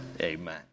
amen